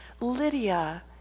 Lydia